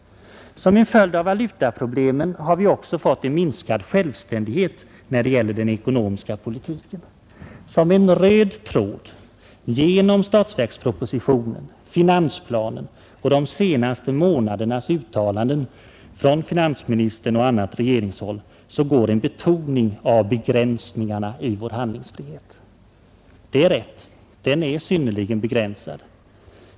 Som en följd av valutaproblemen har vi också fått en minskad självständighet när det gäller den ekonomiska politiken. Som en röd tråd genom statsverkspropositionen, finansplanen och de senaste månadernas uttalanden från finansministern och andra regeringsmedlemmar går en betoning av begränsningarna i vår handlingsfrihet. Det är rätt, den är synnerligen begränsad.